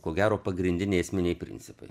ko gero pagrindiniai esminiai principai